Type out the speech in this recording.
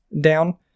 down